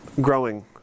growing